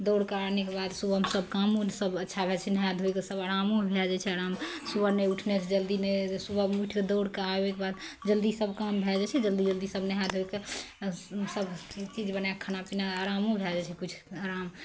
दौड़के आनेके बाद सुबहमे सब काम उम सब अच्छा भए जाइ छै नहाइ धोइके सब आरामो भए जाए छै आराम सुबह नहि उठनेसे जल्दी नहि सुबहमे उठिके दौड़के आबैके बाद जल्दी सब काम भए जाइ छै जल्दी जल्दी सब नहै धोइके सबकिछु बनैके खाना पिना बनैके आरामो भए जाए छै किछु आराम